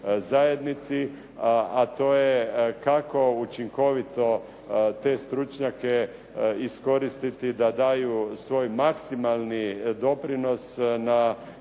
a to je kako učinkovito te stručnjake iskoristiti da daju svoj maksimalni doprinos na ispunjavanju